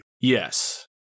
Yes